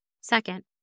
Second